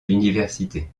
l’université